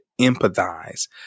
empathize